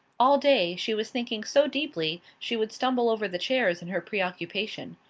all day she was thinking so deeply she would stumble over the chairs in her preoccupation.